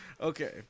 Okay